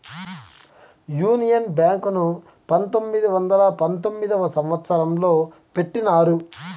union Bank ను పంతొమ్మిది వందల పంతొమ్మిదవ సంవచ్చరంలో పెట్టినారు